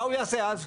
מה הוא יעשה אז?